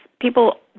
people